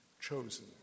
chosen